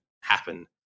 happen